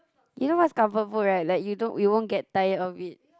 you know what's comfort food right like you don't you won't get tired of it